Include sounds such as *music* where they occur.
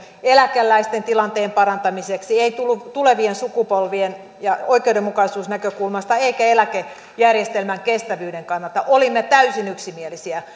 eläkeläisten tilanteen parantamiseksi ei tulevien sukupolvien ja oikeudenmukaisuuden näkökulmasta eikä eläkejärjestelmän kestävyyden kannalta olimme täysin yksimielisiä *unintelligible*